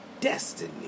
destiny